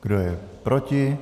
Kdo je proti?